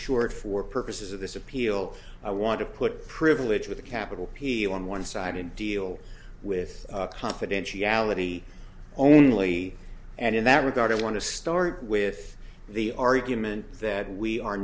short for purposes of this appeal i want to put privilege with a capital p on one side and deal with confidentiality only and in that regard i want to start with the argument that we are